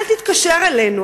"אל תתקשר אלינו,